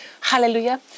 hallelujah